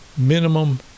minimum